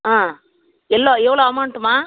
ஆ எல்லோ எவ்வளோ அமௌண்டும்மா